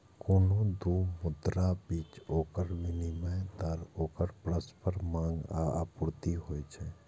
कोनो दू मुद्राक बीच ओकर विनिमय दर ओकर परस्पर मांग आ आपूर्ति होइ छै